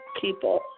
people